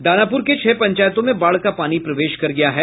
दानापूर के छह पंचायतों में बाढ़ का पानी प्रवेश कर गया है